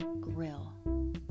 grill